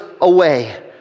away